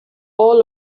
all